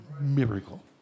miracle